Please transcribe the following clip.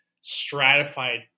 stratified